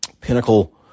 pinnacle